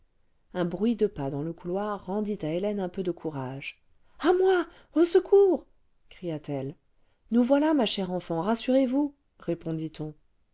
un bruit de pas dans le couloir rendit à hélène un peu de courage a moi au secours cria-t-elle nous voilà ma chère enfant rassurez-vous